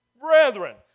Brethren